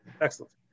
excellent